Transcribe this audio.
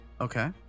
Okay